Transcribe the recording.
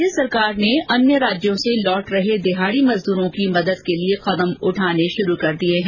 राज्य सरकार ने अन्य राज्यों से लौट रहे दिहाडी मजदूरों की मदद के लिए कदम उठाने शुरू कर दिए है